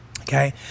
Okay